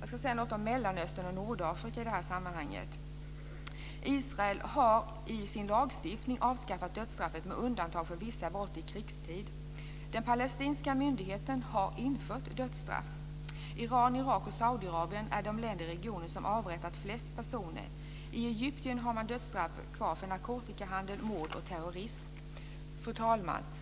Jag ska säga något om Mellanöstern och Nordafrika i det här sammanhanget. Israel har i sin lagstiftning avskaffat dödsstraffet med undantag för vissa brott i krigstid. Den palestinska myndigheten har infört dödsstraff. Iran, Irak och Saudiarabien är de länder i regionen som avrättat flest personer. I Egypten har man dödsstraff kvar för narkotikahandel, mord och terrorism. Fru talman!